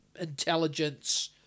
intelligence